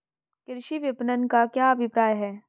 कृषि विपणन का क्या अभिप्राय है?